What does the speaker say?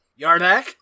Yardak